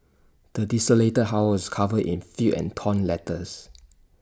the desolated house was covered in filth and torn letters